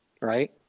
right